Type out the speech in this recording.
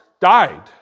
died